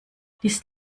dies